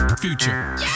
future